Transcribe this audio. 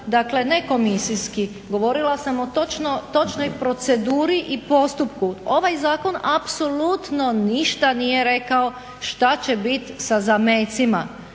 dakle ne komisijski govorila sam točnoj proceduri i postupku. Ovaj zakon apsolutno ništa nije rekao šta će biti sa zamecima